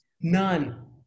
None